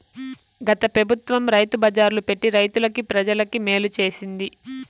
గత పెబుత్వం రైతు బజార్లు పెట్టి రైతులకి, ప్రజలకి మేలు చేసింది